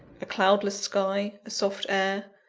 a cloudless sky, a soft air,